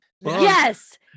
Yes